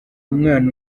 umwana